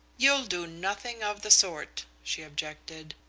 you'll do nothing of the sort, she objected,